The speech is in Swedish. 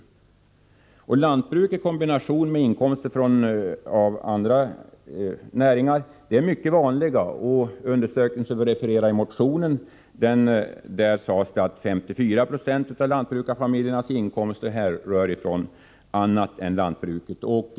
Inkomster från lantbruk i kombination med inkomster från andra näringar är något mycket vanligt, och den undersökning som vi refererar i motionen visar att 54 90 av lantbrukarfamiljernas inkomster härrör från annat än lantbruket.